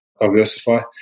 diversify